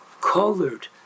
colored